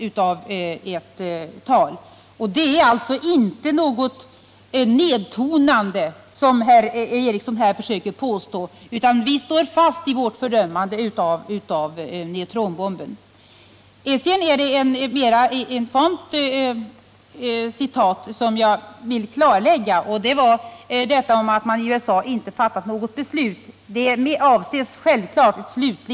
De båda talen innehåller inte något nedtonande, som Sture Ericson här försökte göra gällande. Vi står fast vid vårt fördömande av neutronbomben. Sedan gjordes det ett annat och mera infamt citat, som jag vill klarlägga. Det var citatet att man i USA inte har fattat något beslut. Därmed avses självfallet definitivt beslut.